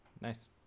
Nice